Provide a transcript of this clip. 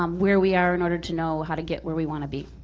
um where we are, in order to know how to get where we wanna be.